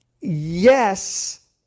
Yes